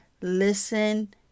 listen